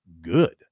good